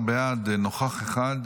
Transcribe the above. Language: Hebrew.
11 בעד, נוכח אחד,